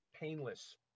painless